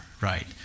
right